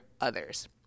others